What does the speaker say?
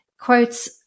quotes